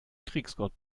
kriegsgott